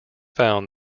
found